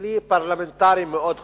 בכלי פרלמנטרי מאוד חשוב,